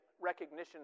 recognition